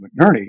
McNerney